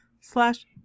slash